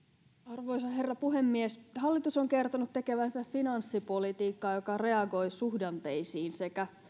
arvoisa herra puhemies hallitus on kertonut tekevänsä finanssipolitiikkaa joka reagoi suhdanteisiin sekä